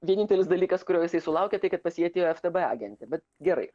vienintelis dalykas kurio jisai sulaukė tai kad pas jį atėjo ftb agentė bet gerai